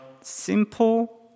simple